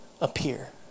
appear